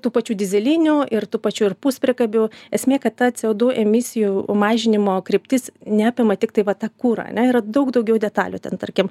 tų pačių dyzelinių ir tų pačių ir puspriekabių esmė kad ta c o du emisijų mažinimo kryptis neapima tiktai va tą kurą ane yra daug daugiau detalių ten tarkim